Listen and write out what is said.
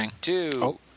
two